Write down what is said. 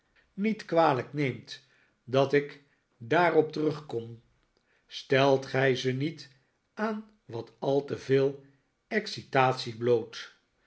niet kwalijk neemt dat ik daarop terugkom stelt gij ze niet aan wat al te veel excitatie bloot